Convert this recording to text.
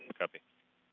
copy.